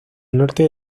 norte